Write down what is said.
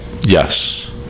yes